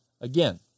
again